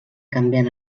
canviant